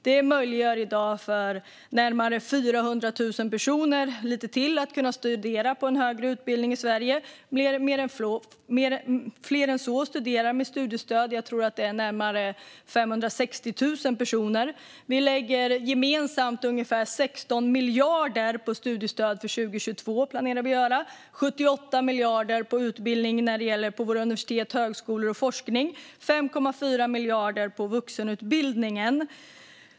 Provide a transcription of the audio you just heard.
Detta möjliggör i dag för närmare 400 000 personer att studera på en högre utbildning i Sverige. Fler än så studerar med studiestöd - jag tror att det är närmare 560 000 personer. För 2022 planerar vi att gemensamt lägga ungefär 16 miljarder på studiestöd, 78 miljarder på utbildning på våra universitet och högskolor samt forskning och 5,4 miljarder på vuxenutbildningen.